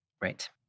Right